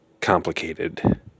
complicated